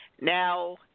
Now